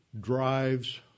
Drives